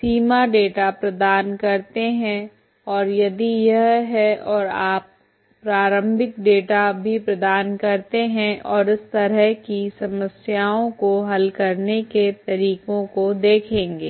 सीमा data प्रदान करते हैं और यदि यह है और आप प्रारंभिक डेटा भी प्रदान करते हैं और इस तरह की समस्याओं को हल करने के तरीकों को देखेंगे